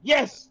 Yes